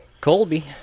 Colby